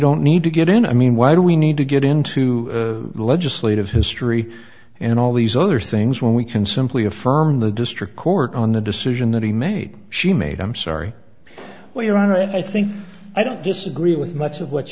don't need to get in i mean why do we need to get into legislative history and all these other things when we can simply affirm the district court on the decision that he made she made i'm sorry well your honor i think i don't disagree with much of what